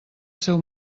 seu